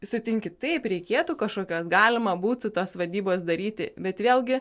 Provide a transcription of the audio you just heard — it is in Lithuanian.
sutinki taip reikėtų kažkokios galima būtų tos vadybos daryti bet vėlgi